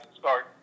start